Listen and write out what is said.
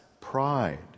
pride